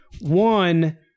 One